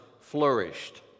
flourished